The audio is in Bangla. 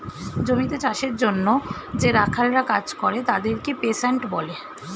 জমিতে চাষের জন্যে যে রাখালরা কাজ করে তাদেরকে পেস্যান্ট বলে